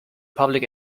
public